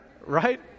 right